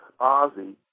Ozzy